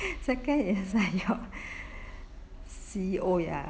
second is C_E_O ya